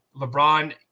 LeBron